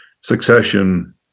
succession